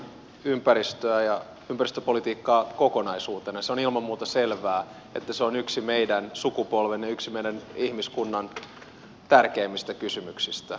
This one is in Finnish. kun me katsomme ympäristöä ja ympäristöpolitiikkaa kokonaisuutena on ilman muuta selvää että se on yksi meidän sukupolvemme ja yksi ihmiskunnan tärkeimmistä kysymyksistä